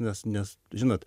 nes nes žinot